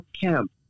Camp